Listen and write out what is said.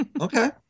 Okay